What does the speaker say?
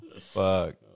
Fuck